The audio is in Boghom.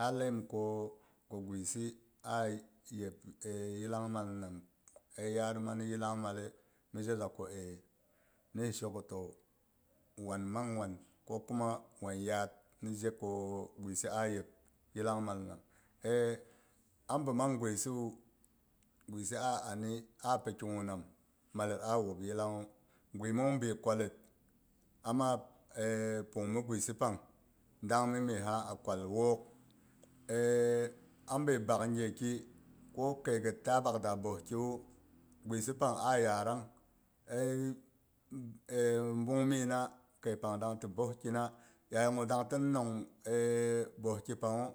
Ha laiyim ko guisi a yep yillang mal namai yarima mi yillangmalle mi ji za ku ae, mi hi sheko tau, wan mang wan ko kuma wan yada ni jeko guisi ayep yilla ngmal nam he am bi mang guisiwu guisia ani, api ki gu nam mallet a wup yilla nghu, guimung bi kwallit amma pung mi guisi pang dangmi mehha a kwal wok ar ambai bak geki ko kai ghet ta da boes ki wu guisi pang a yaram ai bungmina kai pang dang ti boes ki na, yayi gu dang tin nong boeski panghu